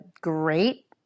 great